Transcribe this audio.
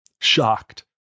shocked